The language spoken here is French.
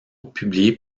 publiée